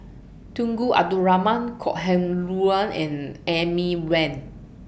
Tunku Abdul Rahman Kok Heng Leun and Amy Van